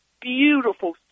beautiful